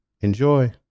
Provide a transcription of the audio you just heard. enjoy